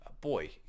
boy